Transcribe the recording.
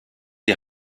die